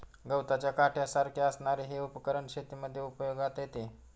गवताच्या काट्यासारख्या असणारे हे उपकरण शेतीमध्ये उपयोगात येते